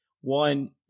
One